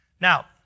Now